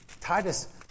Titus